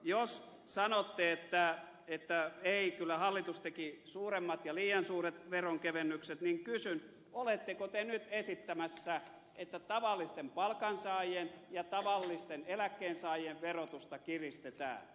jos sanotte että ei kyllä hallitus teki suuremmat ja liian suuret veronkevennykset niin kysyn oletteko te nyt esittämässä että tavallisten palkansaajien ja tavallisten eläkkeensaajien verotusta kiristetään